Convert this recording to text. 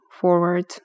forward